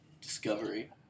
discovery